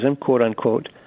quote-unquote